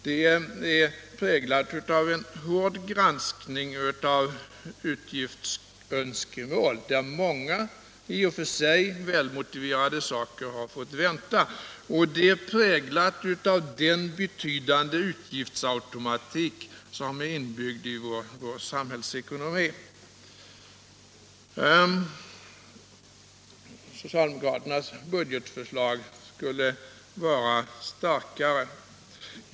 Det är präglat av en hård granskning av utgiftsönskemål, där många i och för sig välmotiverade saker har fått vänta, och det är präglat av den betydande utgiftsautomatik som är inbyggd i vår samhällsekonomi. Socialdemokraternas budgetförslag skulle vara starkare!